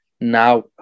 now